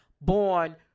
born